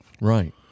right